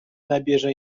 nabierze